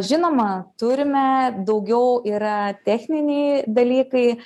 žinoma turime daugiau yra techniniai dalykai